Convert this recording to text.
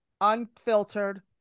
unfiltered